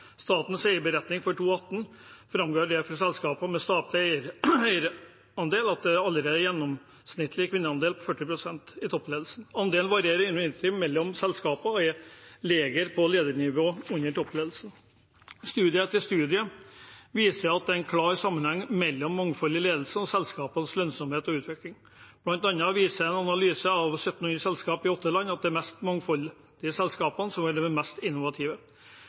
med statlig eierandel allerede er en gjennomsnittlig kvinneandel på 40 pst. i toppledelsen. Andelen varierer imidlertid mellom selskapene og er lavere på ledernivå under toppledelsen. Studie etter studie viser at det er en klar sammenheng mellom mangfold i ledelsen og selskapenes lønnsomhet og utvikling. Blant annet viser en analyse av 1 700 selskap i åtte land at det er selskapene med mest mangfold som er de mest innovative.